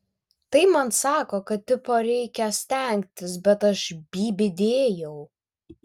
tai man sako kad tipo reikia stengtis bet aš bybį dėjau